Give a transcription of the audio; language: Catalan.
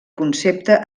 concepte